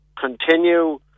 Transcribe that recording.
continue